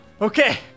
Okay